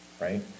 right